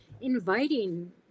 inviting